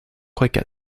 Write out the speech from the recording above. quite